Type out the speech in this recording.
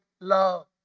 love